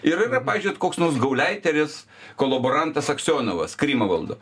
ir pavyzdžiui ot koks nors gauleiteris kolaborantas aksionovas krymą valdo